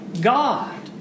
God